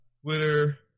Twitter